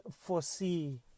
foresee